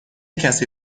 کسی